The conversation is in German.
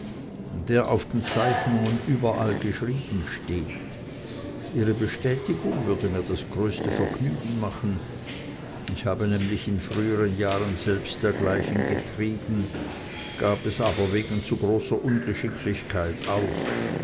der auf den zeichnungen überall geschrieben steht ihre bestätigung würde mir das größte vergnügen machen ich habe nämlich in früheren jahren selbst dergleichen getrieben gab es aber wegen zu großer ungeschicklichkeit auf